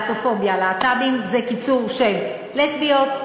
להט"בים זה קיצור של לסביות,